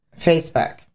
Facebook